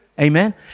Amen